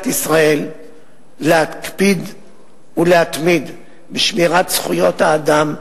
ישראל להקפיד ולהתמיד בשמירת זכויות האדם,